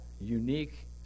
unique